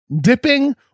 dipping